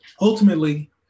ultimately